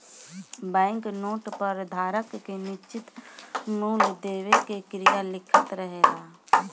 bank note पर धारक के निश्चित मूल देवे के क्रिया लिखल रहेला